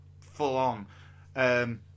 full-on